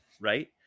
right